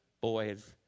boys